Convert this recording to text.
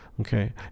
Okay